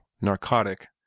narcotic